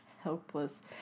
helpless